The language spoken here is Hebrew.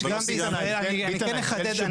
יש גם בישראל, אני כן אחדד.